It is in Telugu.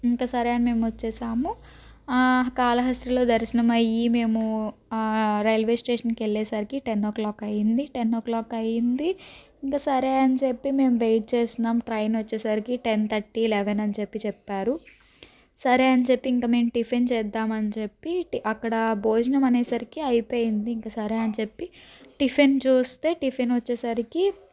ఇంకా సరే అని మేము వచ్చేసాము కాళహస్తిలో దర్శనం అయ్యి మేము రైల్వే స్టేషన్కి వెళ్లేసరికి టెన్ ఓ క్లాక్ అయింది టెన్ ఓ క్లాక్ అయింది ఇంకా సరే అని చెప్పి మేము వెయిట్ చేస్తున్నాం ట్రైన్ వచ్చేసరికి టెన్ థర్టీ లెవెన్ అని చెప్పి చెప్పారు సరే అని చెప్పి ఇంకా మేము టిఫిన్ చేద్దామని చెప్పి అక్కడ భోజనం అనేసరికి అయిపోయింది ఇంకా సరే అని చెప్పి టిఫిన్ చూస్తే టిఫిన్ వచ్చేసరికి